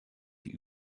die